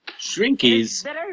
Shrinkies